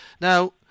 now